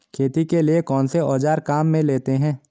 खेती के लिए कौनसे औज़ार काम में लेते हैं?